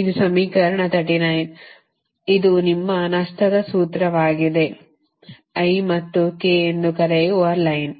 ಇದು ಸಮೀಕರಣ 39 ಇದು ನಿಮ್ಮ ನಷ್ಟದ ಸೂತ್ರವಾಗಿದೆ i ಮತ್ತು k ಎಂದು ಕರೆಯುವ ಲೈನ್